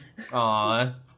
Aww